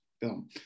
film